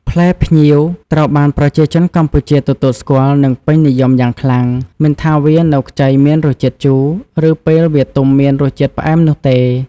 ផ្លែផ្ញៀវត្រូវបានប្រជាជនកម្ពុជាទទួលស្គាល់ និងពេញនិយមយ៉ាងខ្លាំង មិនថាវានៅខ្ចីមានរសជាតិជូរ ឬពេលវាទុំមានរសជាតិផ្អែមនោះទេ។